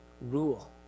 rule